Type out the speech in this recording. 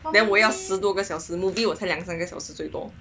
then 我要十多个小时 movie 我才两三个小时最多